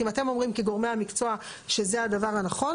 אם אתם אומרים כגורמי המקצוע שזה הדבר הנכון,